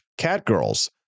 catgirls